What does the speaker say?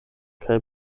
kaj